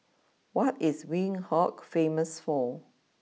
what is Windhoek famous for